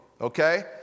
okay